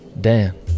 Dan